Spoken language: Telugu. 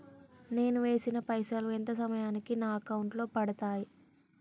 నేను వేసిన పైసలు ఎంత సమయానికి నా అకౌంట్ లో పడతాయి?